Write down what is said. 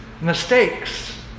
Mistakes